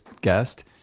guest